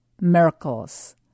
miracles